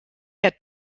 der